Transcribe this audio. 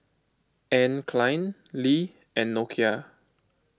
Anne Klein Lee and Nokia